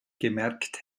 gemerkt